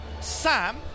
Sam